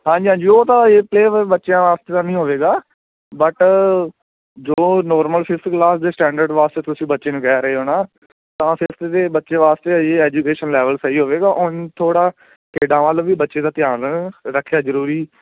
ਹਾਂਜੀ ਹਾਂਜੀ ਉਹ ਤਾਂ ਪਲੇ ਵੇ ਬੱਚਿਆਂ ਵਾਸਤੇ ਤਾਂ ਨਹੀਂ ਹੋਵੇਗਾ ਬਟ ਜੋ ਨੋਰਮਲ ਫਿਫਥ ਕਲਾਸ ਦੇ ਸਟੈਂਡਰਡ ਵਾਸਤੇ ਤੁਸੀਂ ਬੱਚੇ ਨੂੰ ਕਹਿ ਰਹੇ ਹੋ ਨਾ ਤਾਂ ਫਿਫਥ ਦੇ ਬੱਚੇ ਵਾਸਤੇ ਇਹ ਐਜੂਕੇਸ਼ਨ ਲੈਵਲ ਸਹੀ ਹੋਵੇਗਾ ਹੁਣ ਥੋੜ੍ਹਾ ਖੇਡਾਂ ਵੱਲ ਵੀ ਬੱਚੇ ਦਾ ਧਿਆਨ ਰੱਖਿਆ ਜ਼ਰੂਰੀ